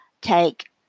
take